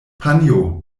panjo